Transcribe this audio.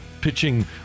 pitching –